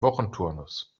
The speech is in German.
wochenturnus